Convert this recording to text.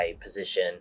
position